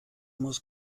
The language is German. muss